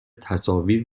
تصاویر